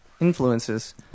Influences